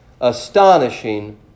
astonishing